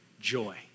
joy